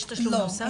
יש תשלום נוסף?